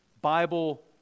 Bible